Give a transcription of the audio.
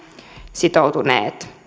sitoutuneet